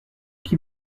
qui